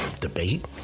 debate